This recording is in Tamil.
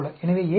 எனவே AC